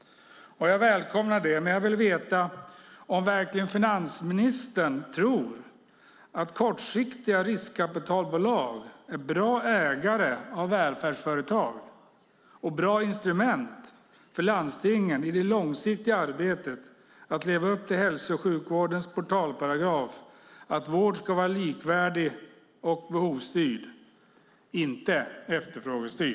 Jag välkomnar det, men jag vill veta om finansministern verkligen tror att kortsiktiga riskkapitalbolag är bra ägare av välfärdsföretag och bra instrument för landstingen i det långsiktiga arbetet att leva upp till hälso och sjukvårdens portalparagraf att vård ska vara likvärdig och behovsstyrd och inte efterfrågestyrd.